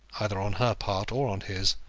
either on her part or on his,